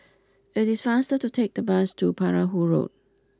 it is faster to take the bus to Perahu Road